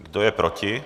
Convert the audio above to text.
Kdo je proti?